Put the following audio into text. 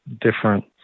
different